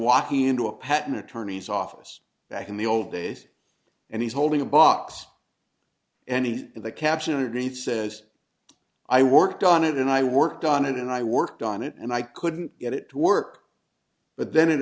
walking into a patent attorneys office back in the old days and he's holding a box and the caption attorney says i worked on it and i worked on it and i worked on it and i couldn't get it to work but then it